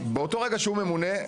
באותו רגע שהוא ממונה,